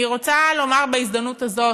אני רוצה לומר בהזדמנות הזאת,